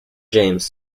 james